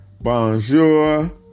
Bonjour